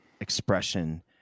expression